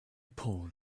pulled